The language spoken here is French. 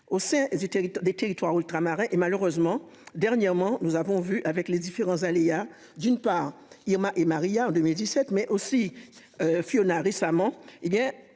des territoires ultramarins et malheureusement dernièrement nous avons vu avec les différents aléas d'une part Irma et Maria en 2017 mais aussi. Fiona récemment il